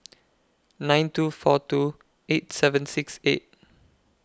nine two four two eight seven six eight